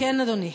כן, אדוני.